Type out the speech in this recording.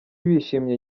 bishimye